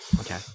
okay